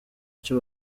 icyo